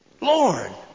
Lord